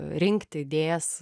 rinkti idėjas